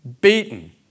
beaten